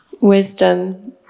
wisdom